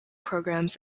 programs